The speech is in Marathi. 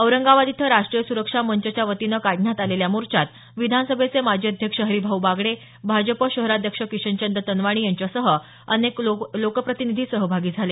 औरंगाबाद इथं राष्ट्रीय सुरक्षा मंचच्या वतीन काढण्यात आलेल्या मोर्चात विधानसभेचे माजी अध्यक्ष हरिभाऊ बागडे भाजप शहराध्यक्ष किशनचंद तनवाणी यांच्यासह अनेक लोकप्रतिनिधी सहभागी झाले